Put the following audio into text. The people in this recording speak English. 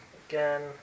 again